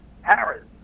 Harris